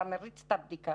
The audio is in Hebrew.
אתה מריץ את הבדיקה.